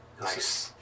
Nice